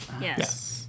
Yes